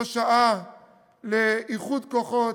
זו שעה לאיחוד כוחות.